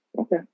Okay